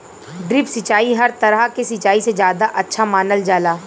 drip सिंचाई हर तरह के सिचाई से ज्यादा अच्छा मानल जाला